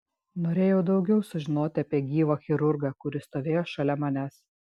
norėjau daugiau sužinoti apie gyvą chirurgą kuris stovėjo šalia manęs